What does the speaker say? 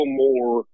more